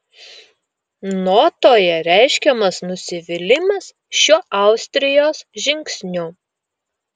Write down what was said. notoje reiškiamas nusivylimas šiuo austrijos žingsniu